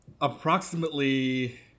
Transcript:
approximately